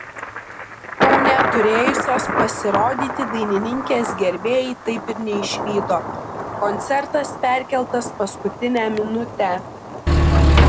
kaune turėjusios pasirodyti dainininkės gerbėjai taip ir neišvydo koncertas perkeltas paskutinę minutę